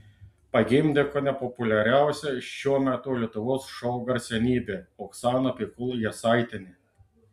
pagimdė kone populiariausia šiuo metu lietuvos šou garsenybė oksana pikul jasaitienė